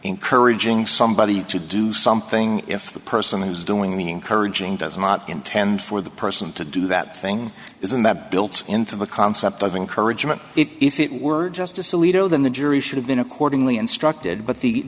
encouraging somebody to do something if the person who's doing the encouraging does not intend for the person to do that thing isn't that built into the concept of encouragement if it were justice alito then the jury should have been accordingly instructed but the